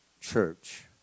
church